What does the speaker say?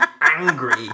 angry